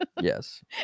Yes